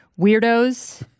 weirdos